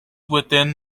within